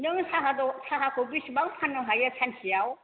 नोङो साहाखौ साहाखौ बिसिबां फाननो हायो सानसेयाव